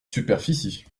superficie